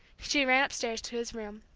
she ran upstairs to his room.